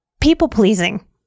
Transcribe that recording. people-pleasing